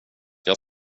jag